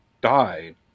died